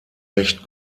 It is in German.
recht